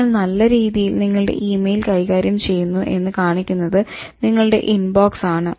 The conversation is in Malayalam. നിങ്ങൾ നല്ല രീതിയിൽ നിങ്ങളുടെ ഇമെയിൽ കൈകാര്യം ചെയ്യുന്നു എന്ന് കാണിക്കുന്നത് നിങ്ങളുടെ ഇൻബോക്സ് ആണ്